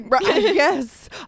Yes